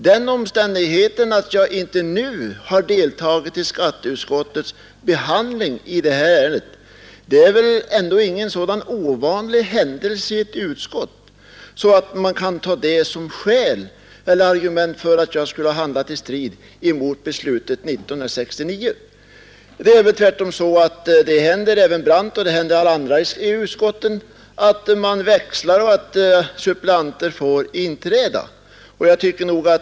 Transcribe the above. Den omständigheten att jag inte nu har deltagit i skatteutskottets behandling av detta ärende är väl ändå inte någon så ovanlig händelse i ett utskott att man kan ange det som argument för att jag skulle ha handlat i strid mot beslutet av år 1969. Tvärtom händer det även herr Brandt och andra ledamöter i utskotten att man växlar och att suppleanter får inträda. Den friheten måste vi ändå ha.